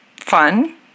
fun